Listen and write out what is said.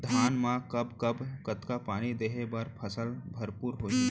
धान मा कब कब कतका पानी देहे मा फसल भरपूर होही?